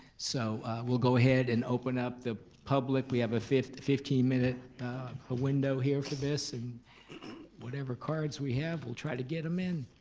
so we'll go ahead and open up the public, we have a fifteen fifteen minute ah window here for this, and whatever cards we have, we'll try to get em in.